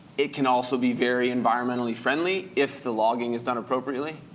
it can also be very environmentally friendly, if the logging is done appropriately.